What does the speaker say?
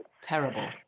Terrible